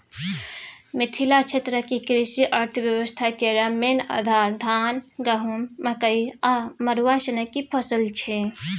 मिथिला क्षेत्रक कृषि अर्थबेबस्था केर मेन आधार, धान, गहुँम, मकइ आ मरुआ सनक फसल छै